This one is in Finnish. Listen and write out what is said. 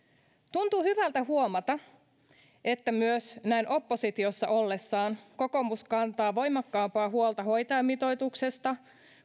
tuntuu hyvältä huomata että myös näin oppositiossa ollessaan kokoomus kantaa voimakkaampaa huolta hoitajamitoituksesta